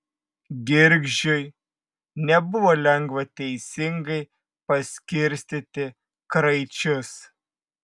girgždžiui nebuvo lengva teisingai paskirstyti kraičius